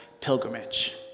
pilgrimage